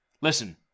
Listen